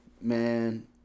man